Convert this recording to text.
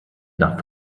nach